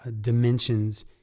dimensions